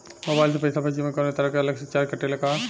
Mobile से पैसा भेजे मे कौनों तरह के अलग से चार्ज कटेला का?